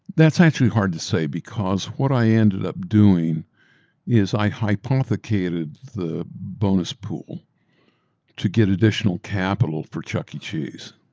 that's actually hard to say because what i ended up doing is i hypothecated the bonus pool to get additional capital for chuck e. cheese.